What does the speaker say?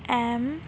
M